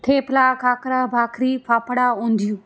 thepla khakhra bhakhri fafda ઊંધિયું